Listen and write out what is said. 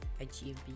achieve